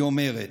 היא אומרת,